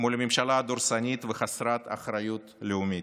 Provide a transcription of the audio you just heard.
מול ממשלה דורסנית וחסרת אחריות לאומית.